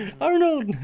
Arnold